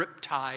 riptide